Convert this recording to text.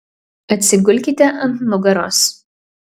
atsigulkite ant nugaros